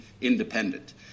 independent